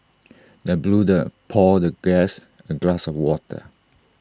the butler poured the guest A glass of water